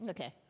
Okay